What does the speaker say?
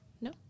No